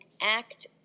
act